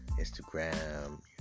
Instagram